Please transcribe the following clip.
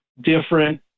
different